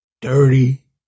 dirty